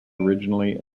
originally